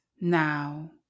now